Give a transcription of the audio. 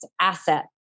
asset